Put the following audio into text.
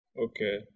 Okay